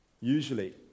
Usually